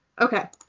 Okay